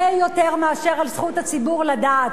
הרבה יותר מאשר על זכות הציבור לדעת.